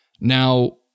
Now